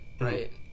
right